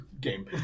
game